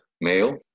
male